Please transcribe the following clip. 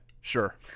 sure